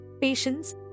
patience